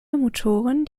motoren